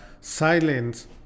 silence